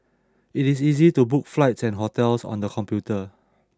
it is easy to book flights and hotels on the computer